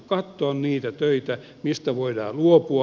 katsoa niitä töitä mistä voidaan luopua